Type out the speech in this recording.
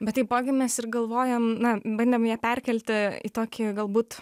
bet taipogi mes ir galvojam na bandėm ją perkelti į tokį galbūt